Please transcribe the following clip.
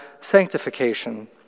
sanctification